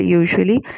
usually